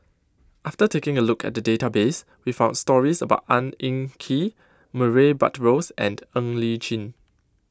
after taking a look at the database we found stories about Ang Hin Kee Murray Buttrose and Ng Li Chin